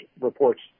reports